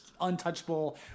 untouchable